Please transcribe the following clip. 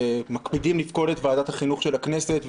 שמקפידים לפקוד את ועדת החינוך של הכנסת,